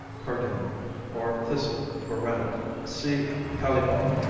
cardoon or thistle for rennet see caillebotte.